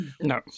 No